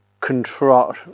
control